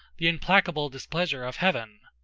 the implacable displeasure of heaven.